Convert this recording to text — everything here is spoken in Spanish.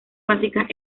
básicas